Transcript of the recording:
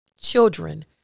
Children